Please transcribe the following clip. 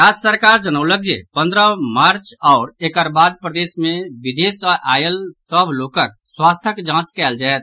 राज्य सरकार जनौलक जे पन्द्रह मार्च आओर एकर बाद प्रदेश मे विदेश सँ आयल सभ लोकक स्वास्थ्यक जांच कयल जायत